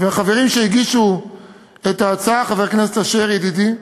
ואל החברים שהגישו את ההצעה, חבר הכנסת אשר ידידי,